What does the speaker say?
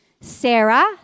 Sarah